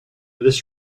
this